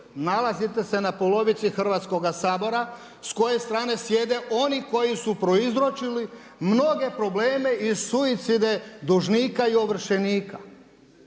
nalazite se na polovici Hrvatskoga sabora s koje strane sjede oni koji su prouzročili mnoge probleme i suicide dužnika i ovršenika.